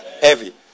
heavy